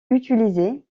utilisés